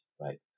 right